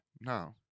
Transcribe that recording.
No